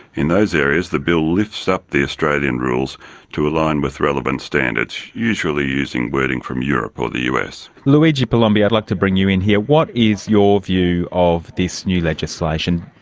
in those areas, the bill lifts up the australian rules to a line with relevant standards, usually using wording from europe or the us. luigi palombi, i'd like to bring you in here. what is your view of this new legislation?